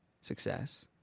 success